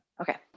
Okay